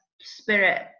spirit